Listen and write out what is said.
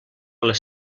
les